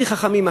הכי חכמים,